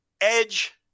Edge